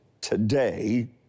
today